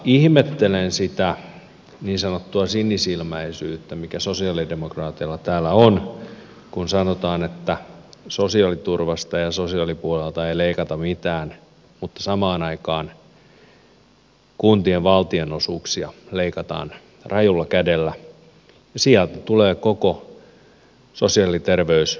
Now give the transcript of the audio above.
ihmettelen sitä niin sanottua sinisilmäisyyttä mikä sosialidemokraateilla täällä on kun sanotaan että sosiaaliturvasta ja sosiaalipuolelta ei leikata mitään mutta samaan aikaan kuntien valtionosuuksia leikataan rajulla kädellä ja sieltä tulevat kaikki sosiaali ja terveystoiminnot